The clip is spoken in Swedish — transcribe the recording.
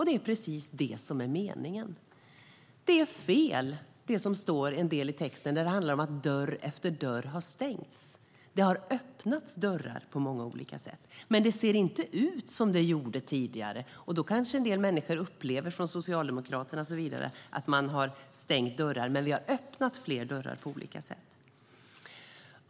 Det är precis det som är meningen. Det som står i texten om att dörr efter dörr har stängts är fel. Det har öppnats dörrar på många olika sätt, men det ser inte ut som det gjorde tidigare. Då kanske en del människor från Socialdemokraterna och så vidare upplever att man har stängt dörrar, men vi har öppnat fler dörrar på olika sätt.